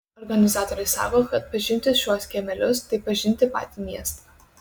organizatoriai sako kad pažinti šiuos kiemelius tai pažinti patį miestą